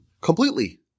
completely